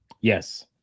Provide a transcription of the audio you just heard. Yes